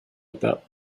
about